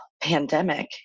pandemic